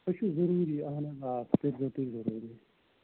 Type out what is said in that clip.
سُہ چھُ ضٔروٗری اہَن حظ آ سُہ کٔرۍزیو تُہۍ ضٔروٗری